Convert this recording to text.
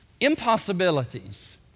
Impossibilities